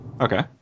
Okay